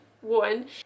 one